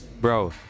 Bro